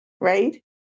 right